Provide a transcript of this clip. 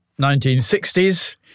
1960s